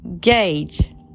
gauge